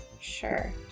Sure